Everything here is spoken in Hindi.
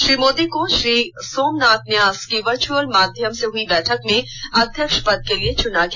श्री मोदी को श्री सोमनाथ न्यास की वर्चुअल माध्यम से हुई बैठक में अध्यक्ष पद के लिए चूना गया